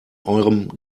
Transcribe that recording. eurem